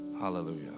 Hallelujah